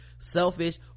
selfish